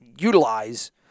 utilize